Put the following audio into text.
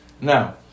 Now